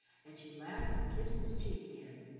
and she laughed and kissed his cheek again.